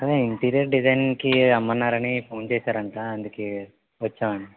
ఆహా ఇంటీరియర్ డిజైనింగ్కి రమ్మన్నారని ఫోన్ చేశారంట అందుకే వచ్చామండి